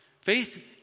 Faith